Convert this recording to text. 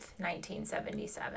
1977